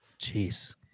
Jeez